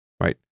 right